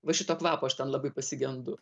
va šito kvapo aš ten labai pasigendu